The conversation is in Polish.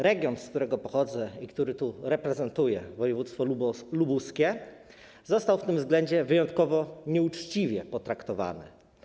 Region, z którego pochodzę i który tu reprezentuję, województwo lubuskie, został pod tym względem wyjątkowo nieuczciwie potraktowany.